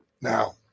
Now